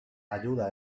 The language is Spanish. ayuda